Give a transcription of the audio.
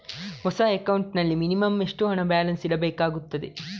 ಹೊಸ ಅಕೌಂಟ್ ನಲ್ಲಿ ಮಿನಿಮಂ ಎಷ್ಟು ಹಣ ಬ್ಯಾಲೆನ್ಸ್ ಇಡಬೇಕಾಗುತ್ತದೆ?